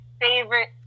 favorite